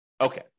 Okay